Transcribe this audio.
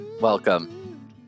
welcome